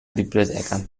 biblioteca